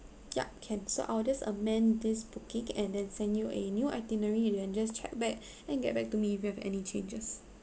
yup can so I'll just amend this booking and then send you a new itinerary you can just check back and get back to me if you have any changes